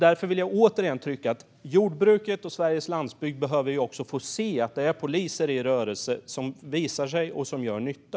Därför vill jag återigen trycka på att jordbruket och Sveriges landsbygd behöver få se att det är poliser i rörelse som gör nytta.